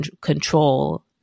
control